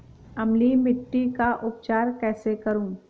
अम्लीय मिट्टी का उपचार कैसे करूँ?